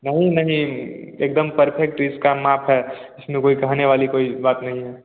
नहीं नहीं एकदम परफेक्ट इसका माप है इसमें कोई कहने वाली कोई बात नहीं है